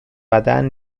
بدن